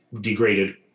degraded